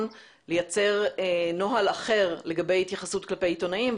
לייצר נוהל אחר לגבי התייחסות כלפי עיתונאים.